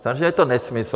Sam je to nesmysl.